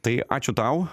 tai ačiū tau